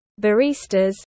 baristas